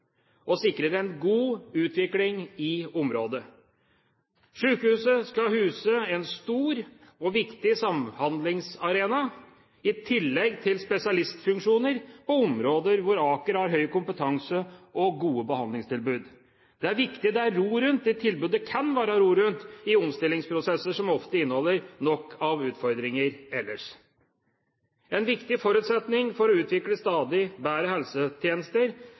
en god utvikling i området. Sykehuset skal huse en stor og viktig samhandlingsarena, i tillegg til spesialistfunksjoner på områder hvor Aker sykehus har høy kompetanse og gode behandlingstilbud. Det er viktig at det er ro rundt de tilbud det kan være ro rundt i omstillingsprosesser, som ofte inneholder nok av utfordringer ellers. En viktig forutsetning for å utvikle stadig bedre helsetjenester